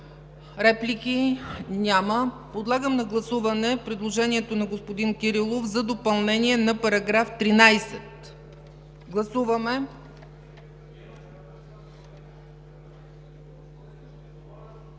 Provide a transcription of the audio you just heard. Реплики? Няма. Подлагам на гласуване предложението на господин Кирилов за допълнение на § 13. Гласуваме.